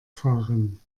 fahren